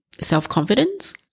self-confidence